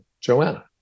Joanna